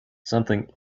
something